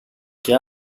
και